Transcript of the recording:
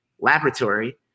laboratory